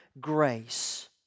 grace